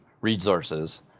resources